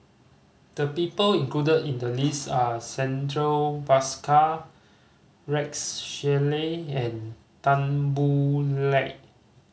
the people included in the list are Santha Bhaskar Rex Shelley and Tan Boo Liat